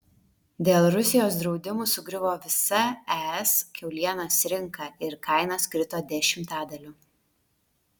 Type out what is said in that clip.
dėl rusijos draudimų sugriuvo visa es kiaulienos rinka ir kainos krito dešimtadaliu